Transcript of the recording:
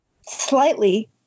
slightly